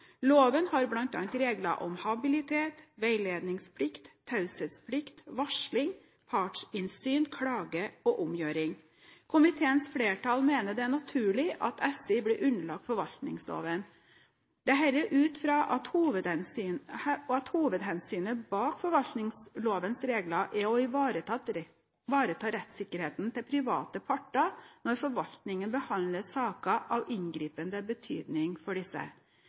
Loven har bl.a. regler om habilitet, veiledningsplikt, taushetsplikt, varsling, partsinnsyn, klage og omgjøring. Komiteens flertall mener det er naturlig at SI blir underlagt forvaltningsloven, dette ut fra at hovedhensynet bak forvaltningslovens regler er å ivareta rettssikkerheten til private parter når forvaltningen behandler saker av inngripende betydning for disse.